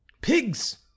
Pigs